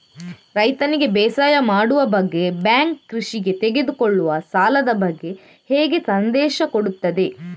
ರೈತನಿಗೆ ಬೇಸಾಯ ಮಾಡುವ ಬಗ್ಗೆ ಬ್ಯಾಂಕ್ ಕೃಷಿಗೆ ತೆಗೆದುಕೊಳ್ಳುವ ಸಾಲದ ಬಗ್ಗೆ ಹೇಗೆ ಸಂದೇಶ ಕೊಡುತ್ತದೆ?